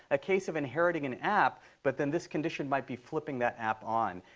a case of inheriting an app, but then this condition might be flipping that app on.